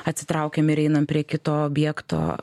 atsitraukiam ir einam prie kito objekto